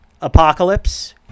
Apocalypse